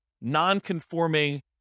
non-conforming